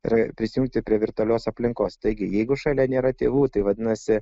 ir prisijungti prie virtualios aplinkos taigi jeigu šalia nėra tėvų tai vadinasi